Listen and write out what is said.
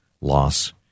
loss